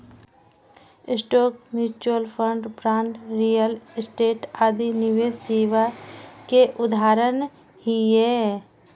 stock, mutual fund, bond, real estate आदि निवेश सेवा के उदाहरण छियै